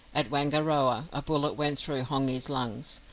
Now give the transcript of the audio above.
at wangaroa, a bullet went through hongi's lungs,